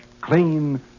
clean